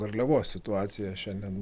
garliavos situaciją šiandien